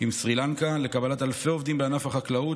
עם סרי לנקה לקבלת אלפי עובדים בענף החקלאות,